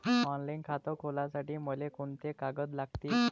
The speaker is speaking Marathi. ऑनलाईन खातं खोलासाठी मले कोंते कागद लागतील?